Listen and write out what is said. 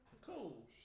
Cool